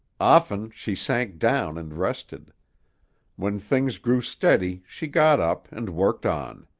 often she sank down and rested when things grew steady she got up and worked on.